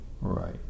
Right